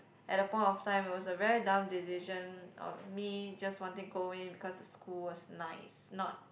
at the point of time it was a very dumb decision of me just wanting go in just because the school was nice not